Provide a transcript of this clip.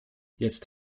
jetzt